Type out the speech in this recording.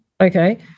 Okay